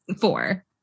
four